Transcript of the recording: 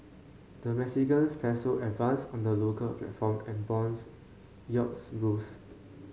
the Mexican peso advanced on the local platform and bond yields rose